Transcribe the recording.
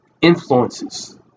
influences